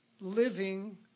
living